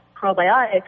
Probiotics